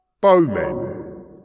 Bowmen